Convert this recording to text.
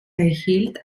erhielt